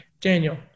Daniel